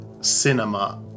cinema